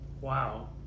Wow